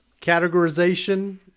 categorization